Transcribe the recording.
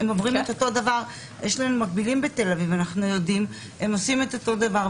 לא דורשים את אותו דבר.